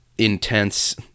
intense